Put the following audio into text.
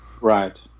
Right